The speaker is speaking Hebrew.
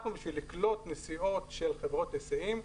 כדי לקלוט נסיעות של חברות היסעים,